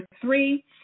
three